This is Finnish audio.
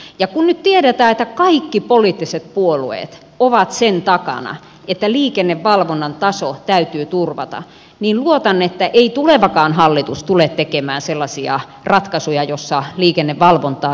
ja kun nyt tiedetään että kaikki poliittiset puolueet ovat sen takana että liikennevalvonnan taso täytyy turvata niin luotan siihen että ei tulevakaan hallitus tule tekemään sellaisia ratkaisuja joissa liikennevalvontaa ryhdyttäisiin vähentämään